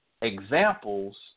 examples